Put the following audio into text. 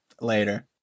Later